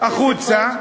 החוצה,